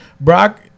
Brock